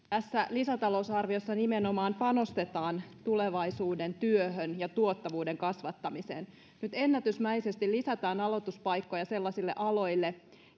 lisätalousarviossa nimenomaan panostetaan tulevaisuuden työhön ja tuottavuuden kasvattamiseen nyt ennätysmäisesti lisätään aloituspaikkoja sellaisille aloille